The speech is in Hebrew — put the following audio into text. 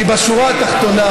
כי בשורה התחתונה,